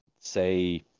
say